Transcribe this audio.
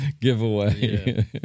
giveaway